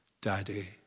Daddy